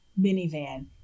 minivan